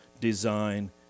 design